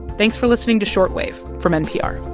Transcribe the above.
thanks for listening to short wave from npr